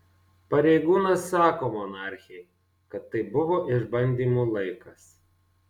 pareigūnas sako monarchei kad tai buvo išbandymų laikas